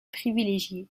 privilégiée